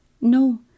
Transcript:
No